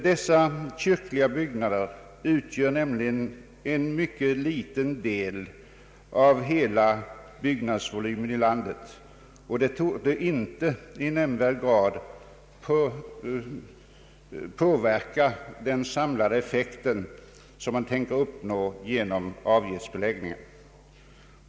De kyrkliga byggnaderna utgör nämligen en mycket liten del av hela byggnadsvolymen i landet, och en avgiftsbeläggning på dessa torde inte i nämnvärd grad påverka den samlade effekt man har för avsikt att uppnå.